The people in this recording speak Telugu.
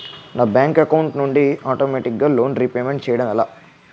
నా బ్యాంక్ అకౌంట్ నుండి ఆటోమేటిగ్గా లోన్ రీపేమెంట్ చేయడం ఎలా?